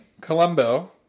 Colombo